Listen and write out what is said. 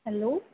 hello